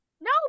No